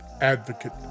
advocate